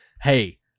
hey